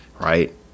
right